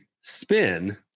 spin